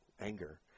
anger